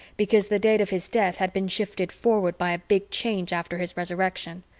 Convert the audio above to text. because the date of his death had been shifted forward by a big change after his resurrection.